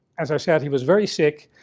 as i said, he was very sick.